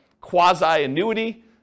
quasi-annuity